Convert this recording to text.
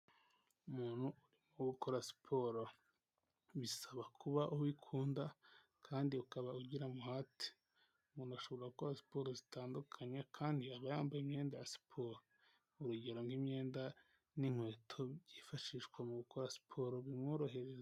Umuntu uba ukora siporo bisaba kuba ubikunda kandi ukaba ugira umuhate, umuntu ashobora gukora siporo zitandukanye kandi akaba yambaye imyenda ya siporo, urugero nk'imyenda n'inkweto byifashishwa mu gukora siporo bimworohereza.